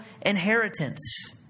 inheritance